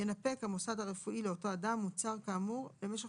ינפק המוסד הרפואי לאותו אדם מוצר כאמור למשך